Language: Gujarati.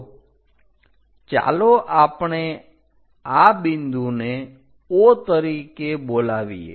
તો ચાલો આપણે આ બિંદુને O તરીકે બોલાવીએ